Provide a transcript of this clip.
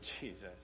Jesus